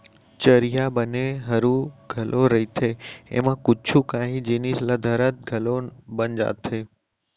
चरिहा बने हरू घलौ रहिथे, एमा कुछु कांही जिनिस ल धरत घलौ बन जाथे